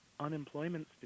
unemployment